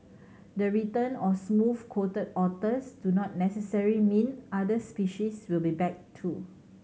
the return of smooth coated otters do not necessary mean other species will be back too